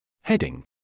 Heading